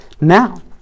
now